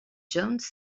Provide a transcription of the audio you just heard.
jones